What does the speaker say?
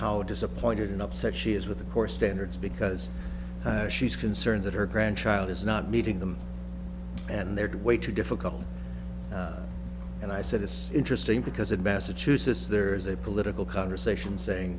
how disappointed and upset she is with the core standards because she's concerned that her grandchild is not meeting them and their dad way too difficult and i said it's interesting because in massachusetts there is a political conversation saying